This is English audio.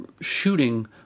shooting